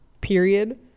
period